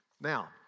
Now